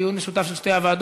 דיון משותף של שתי הוועדות.